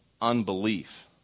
unbelief